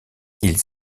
ils